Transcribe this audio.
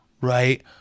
right